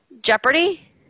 Jeopardy